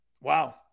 wow